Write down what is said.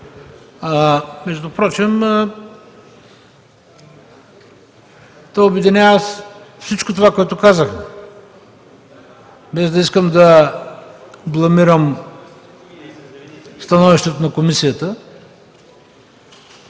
Впрочем то обединява всичко това, което казах, без да искам да бламирам становището на комисията.